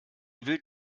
wild